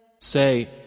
Say